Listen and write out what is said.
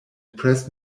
press